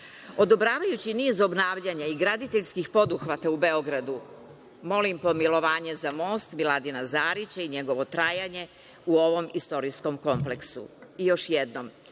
jeste. Odobravajući niz obnavljanja i graditeljskih poduhvata u Beogradu, molim pomilovanje za most Miladina Zarića i njegovo trajanje u ovom istorijskom kompleksu. Još jednom,